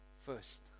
first